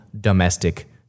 domestic